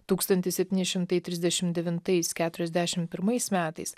tūkstantis septyni šimtai trisdešimt devintais keturiasdešimt pirmais metais